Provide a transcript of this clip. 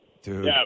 Dude